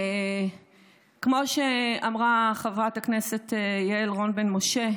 כמו שאמרה חברת הכנסת יעל רון בן משה,